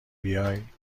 بیای